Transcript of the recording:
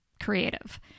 creative